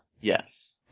Yes